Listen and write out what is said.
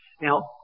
Now